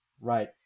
right